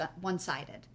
one-sided